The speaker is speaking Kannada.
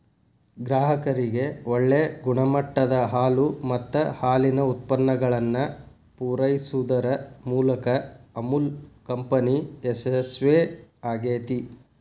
ಗ್ರಾಹಕರಿಗೆ ಒಳ್ಳೆ ಗುಣಮಟ್ಟದ ಹಾಲು ಮತ್ತ ಹಾಲಿನ ಉತ್ಪನ್ನಗಳನ್ನ ಪೂರೈಸುದರ ಮೂಲಕ ಅಮುಲ್ ಕಂಪನಿ ಯಶಸ್ವೇ ಆಗೇತಿ